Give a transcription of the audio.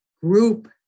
group